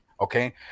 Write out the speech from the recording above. okay